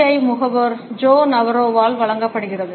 ஐ முகவர் ஜோ நவரோவால் வழங்கப்படுகிறது